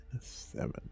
seven